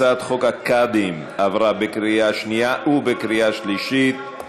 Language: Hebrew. הצעת חוק הקאדים עברה בקריאה שנייה ובקריאה שלישית.